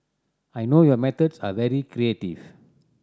I know your methods are very creative